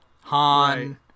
Han